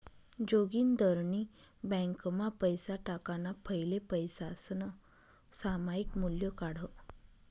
जोगिंदरनी ब्यांकमा पैसा टाकाणा फैले पैसासनं सामायिक मूल्य काढं